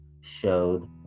showed